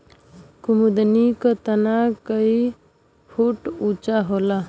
कुमुदनी क तना कई फुट ऊँचा होला